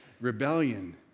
rebellion